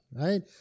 Right